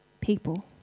people